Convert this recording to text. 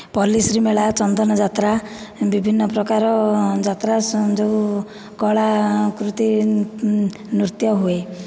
ପଲ୍ଲୀଶ୍ରୀମେଳା ଚନ୍ଦନଯାତ୍ରା ବିଭିନ୍ନ ପ୍ରକାର ଯାତ୍ରା ଯେଉଁ କଳାକୃତି ନୃତ୍ୟ ହୁଏ